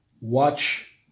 Watch